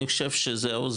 אני חושב שזהו,